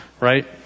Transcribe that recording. right